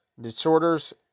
disorders